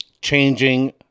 changing